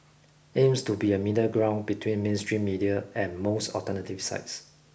aims to be a middle ground between mainstream media and most alternative sites